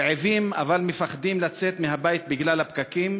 "רעבים אבל מפחדים לצאת מהבית בגלל הפקקים?